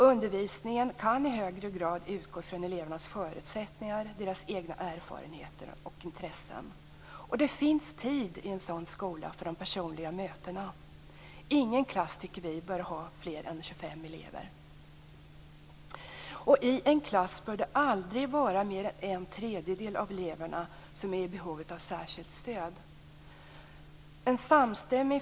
Undervisningen kan i högre grad utgå från elevernas förutsättningar, deras egna erfarenheter och intressen. I en sådan skola finns tid för de personliga mötena. Vi tycker att ingen klass bör ha fler än 25 elever. I en klass bör det aldrig vara mer än en tredjedel av eleverna som är i behov av särskilt stöd.